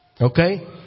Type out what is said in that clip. Okay